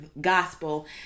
gospel